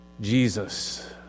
Jesus